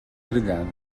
grelhado